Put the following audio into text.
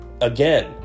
again